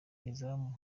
izamu